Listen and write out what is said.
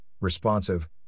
responsive